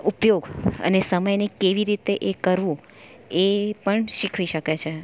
ઉપયોગ અને સમયને કેવી રીતે એ કરવું એ પણ શીખવી શકે છે